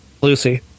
Lucy